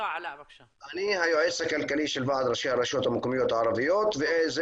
אני היועץ הכלכלי של ועד ראשי הרשויות המקומיות הערביות וזה